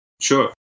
Sure